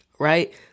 right